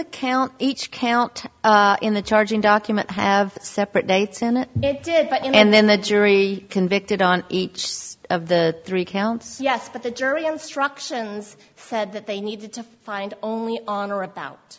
the count each count in the charging document have separate dates and it did but in and then the jury convicted on each of the three counts yes but the jury instructions said that they need to find only honor about